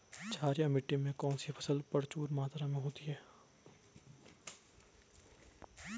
क्षारीय मिट्टी में कौन सी फसल प्रचुर मात्रा में होती है?